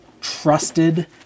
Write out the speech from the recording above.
trusted